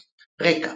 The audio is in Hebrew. רקע